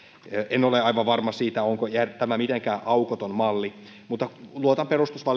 en ole aivan varma siitä onko tämä mitenkään aukoton malli mutta luotan